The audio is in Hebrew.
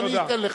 ואני אתן לך.